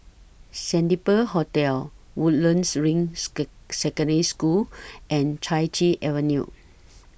Sandpiper Hotel Woodlands Ring Secondary School and Chai Chee Avenue